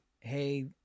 hey